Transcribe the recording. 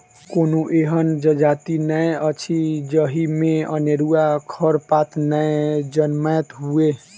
कोनो एहन जजाति नै अछि जाहि मे अनेरूआ खरपात नै जनमैत हुए